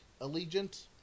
Allegiant